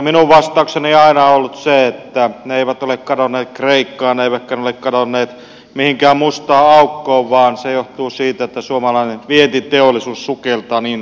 minun vastaukseni aina on ollut se että ne eivät ole kadonneet kreikkaan eivätkä ne ole kadonneet mihinkään mustaan aukkoon vaan tilanne johtuu siitä että suomalainen vientiteollisuus sukeltaa niin pahasti